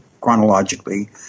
chronologically